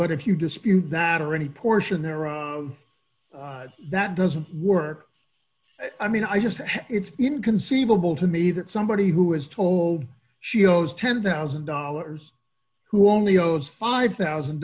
but if you dispute that or any portion thereof that doesn't work i mean i just it's inconceivable to me that somebody who is told she owes ten thousand dollars who only owes five thousand